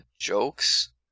jokes